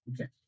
Okay